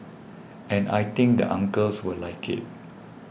and I think the uncles will like it